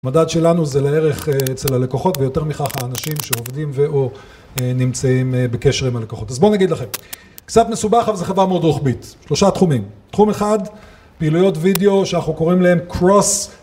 מדד שלנו זה לערך אצל הלקוחות ויותר מכך האנשים שעובדים ואו נמצאים בקשר עם הלקוחות אז בוא נגיד לכם, קצת מסובך אבל זו חברה מאוד רוחבית, שלושה תחומים תחום אחד, פעילויות וידאו שאנחנו קוראים להם קרוס